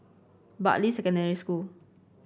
Bartley Secondary School